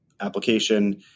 application